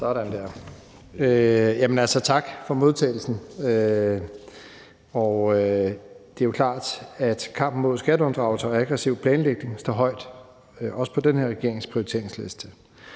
Sådan der. Jamen altså, tak for modtagelsen. Det er jo klart, at kampen mod skatteunddragelser og aggressiv planlægning står højt, også på den her regerings prioriteringsliste.